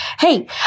Hey